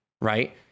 Right